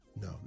No